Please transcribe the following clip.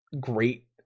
great